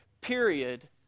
period